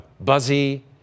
Buzzy